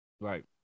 Right